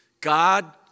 God